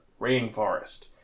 rainforest